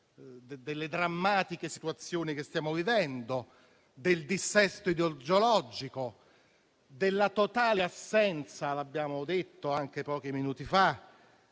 delle drammatiche situazioni che stiamo vivendo, del dissesto idrogeologico, della totale assenza - l'abbiamo detto anche pochi minuti fa